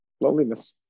Loneliness